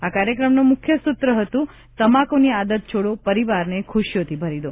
આ કાર્યક્રમનો મુખ્ય સૂત્ર હતુ તમાકુની આદત છોડો પરિવારને ખુશીઓથી ભરી દો